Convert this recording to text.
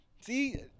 See